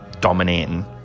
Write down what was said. dominating